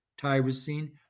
tyrosine